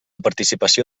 participació